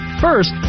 First